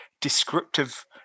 descriptive